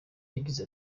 yagize